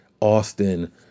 Austin